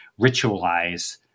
ritualize